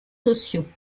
sociaux